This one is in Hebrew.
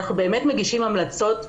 אנחנו באמת מגישים המלצות מגוונות.